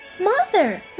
Mother